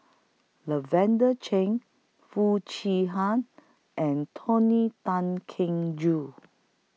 Lavender Chain Foo Chee Han and Tony Tan Keng Joo